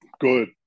good